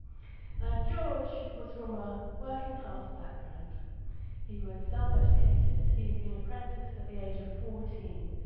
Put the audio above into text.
now, george was from a working-class background he was self-educated he had been apprenticed, at the age of fourteen,